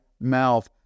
mouth